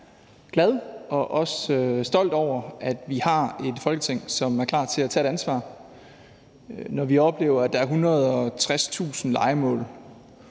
Jeg er glad for og også stolt over, at vi har et Folketing, der er klar til at tage et ansvar, når vi oplever, at der er 160.000 lejemål,